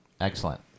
Excellent